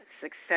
success